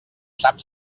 sap